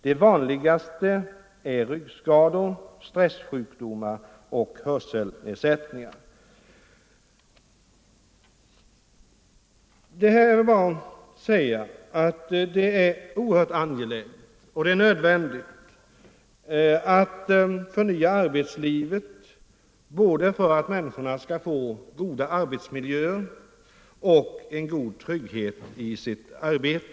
De vanligaste är ryggskador, stressjukdomar och hörselnedsättningar. Det är oerhört angeläget att förnya arbetslivet, för att människorna skall få goda arbetsmiljöer och en god trygghet i sitt arbete.